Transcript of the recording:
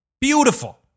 Beautiful